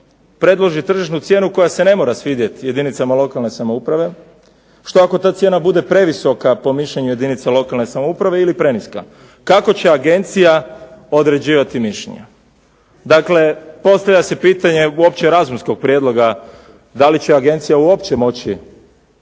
predloži tržišnu cijenu koja se ne mora svidjeti jedinicama lokalne samouprave, što ako ta cijena bude previsoka po mišljenju jedinica lokalne samouprave ili preniska? Kako će agencija određivati mišljenja? Dakle postavlja se pitanje uopće razumskog prijedloga, da li će agencije uopće moći